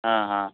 आ हा